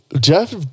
Jeff